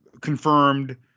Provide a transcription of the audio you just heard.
confirmed